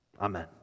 Amen